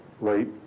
late